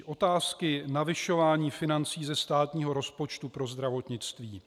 Otázky navyšování financí ze státního rozpočtu pro zdravotnictví.